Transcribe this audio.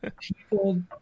people